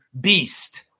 beast